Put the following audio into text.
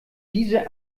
diese